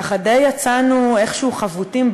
ככה יצאנו איכשהו די חבוטים,